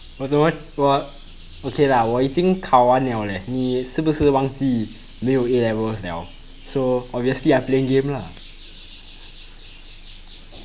我 okay lah 我已经考完了 leh 你是不是忘记没有 A levels liao so obviously I playing game lah